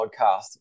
podcast